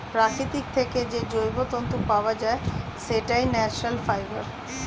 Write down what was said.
প্রকৃতি থেকে যে জৈব তন্তু পাওয়া যায়, সেটাই ন্যাচারাল ফাইবার